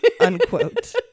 unquote